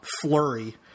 flurry